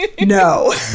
No